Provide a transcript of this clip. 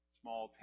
small